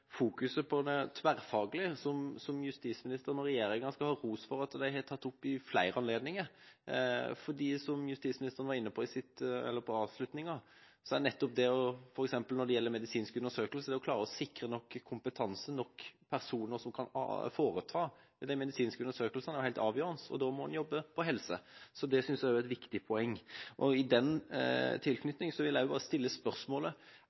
fokuset på det tverrfaglige, som justisministeren og regjeringa skal ha ros for at de har tatt opp ved flere anledninger. Justisministeren var inne på i avslutninga at når det gjelder f.eks. medisinske undersøkelser, er nettopp det å klare å sikre nok kompetanse, nok personer som kan foreta de medisinske undersøkelsene, helt avgjørende, og da må en jobbe på helseområdet. Det synes jeg også er et viktig poeng. I tilknytning til det vil jeg bare stille et spørsmål. Det kan virke som om barn eller den